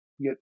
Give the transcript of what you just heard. get